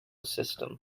system